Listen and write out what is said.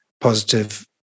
positive